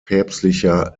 päpstlicher